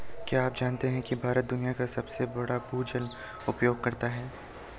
क्या आप जानते है भारत दुनिया का सबसे बड़ा भूजल उपयोगकर्ता है?